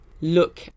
look